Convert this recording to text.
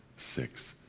six,